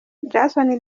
jason